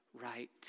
right